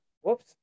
Whoops